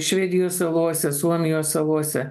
švedijos salose suomijos salose